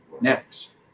Next